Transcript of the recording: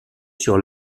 sur